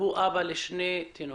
אבא לשני תינוקות.